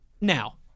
now